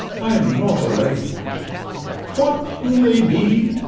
i m not a lady what you may be,